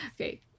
Okay